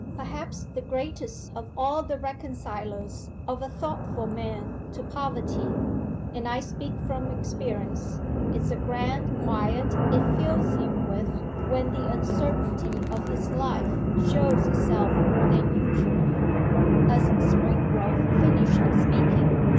perhaps the greatest of all the reconcilers of a thoughtful man to poverty and i speak from experience is the grand quiet it fills him with when the uncertainty of his life shows itself more than usual as springrove finished speaking,